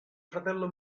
fratello